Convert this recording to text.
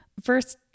first